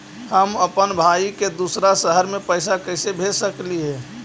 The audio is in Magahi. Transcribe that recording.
हम अप्पन भाई के दूसर शहर में पैसा कैसे भेज सकली हे?